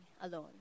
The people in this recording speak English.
alone